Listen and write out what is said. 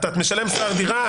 אתה משלם שכר דירה,